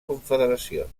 confederacions